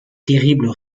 terribles